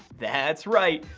thaaaat's right!